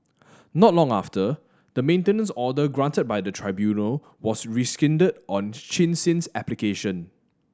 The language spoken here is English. not long after the maintenance order granted by the tribunal was rescinded on Chin Sin's application